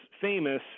famous